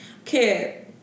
Okay